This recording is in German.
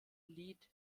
lied